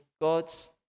god's